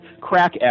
crack